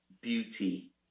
beauty